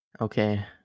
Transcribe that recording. okay